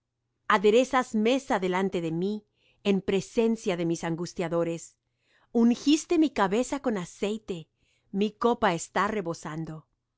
aderezarás mesa delante de mí en presencia de mis angustiadores ungiste mi cabeza con aceite mi copa está rebosando